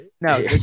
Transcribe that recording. no